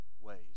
ways